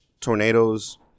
tornadoes